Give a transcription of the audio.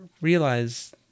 realize